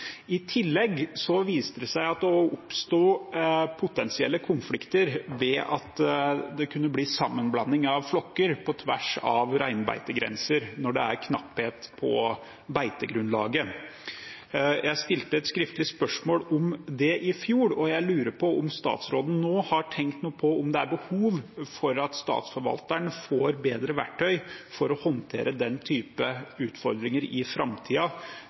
I tillegg viste det seg at det oppsto potensielle konflikter ved at det kunne bli sammenblanding av flokker på tvers av reinbeitegrenser når det er knapphet på beitegrunnlaget. Jeg stilte et skriftlig spørsmål om det i fjor, og jeg lurer på om statsråden nå har tenkt noe på om det er behov for at statsforvalteren får bedre verktøy for å håndtere den typen utfordringer i